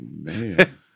man